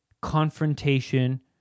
confrontation